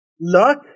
Luck